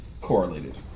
correlated